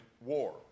war